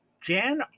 Jan